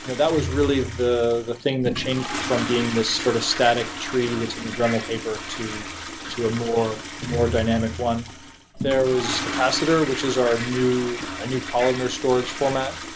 you know that was really the the thing that changed it from being this sort of static tree that's in the dremel paper to a more more dynamic one there was capacitor, which is our new new columnar storage format.